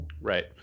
Right